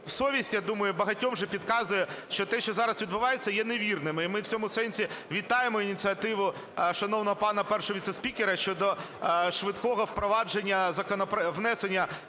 совість, я думаю, багатьом вже підказує, що те, що зараз відбувається, є невірним. І ми в цьому сенсі вітаємо ініціативу шановного пана першого віце-спікера щодо швидкого впровадження… внесення